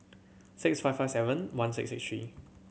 six five five seven one six six three